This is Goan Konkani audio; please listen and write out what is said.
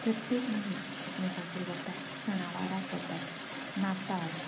प्रत्येक मनीस एकमेकागेर वतात सणा वाराक वतात नाताळ